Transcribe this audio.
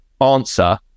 answer